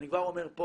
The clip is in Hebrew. אני כבר אומר פה